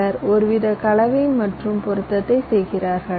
சிலர் ஒருவித கலவை மற்றும் பொருத்தத்தை செய்கிறார்கள்